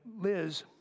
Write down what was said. Liz